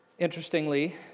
Interestingly